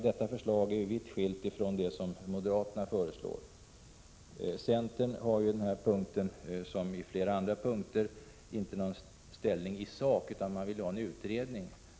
Detta förslag är vitt skilt från moderaternas. Centern har på denna punkt som på flera andra punkter inte tagit ställning i sak utan vill ha en utredning.